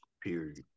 period